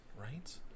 Right